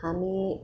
हामी